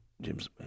James